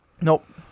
Nope